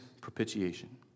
propitiation